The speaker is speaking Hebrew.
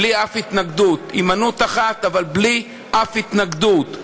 בלי אף התנגדות, הימנעות אחת, אבל בלי אף התנגדות.